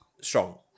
strong